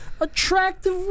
attractive